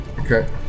Okay